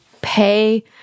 pay